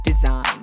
design